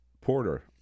Porter